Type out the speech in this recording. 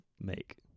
make